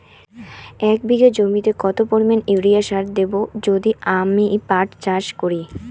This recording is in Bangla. এক বিঘা জমিতে কত পরিমান ইউরিয়া সার দেব যদি আমি পাট চাষ করি?